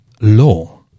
law